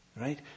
Right